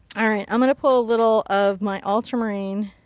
alright. i'm going to pull a little of my ultramarine,